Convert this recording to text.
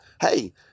hey